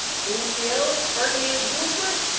who killed ferdinand bulford?